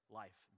life